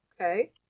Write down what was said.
Okay